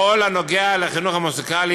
בכל הנוגע לחינוך המוזיקלי,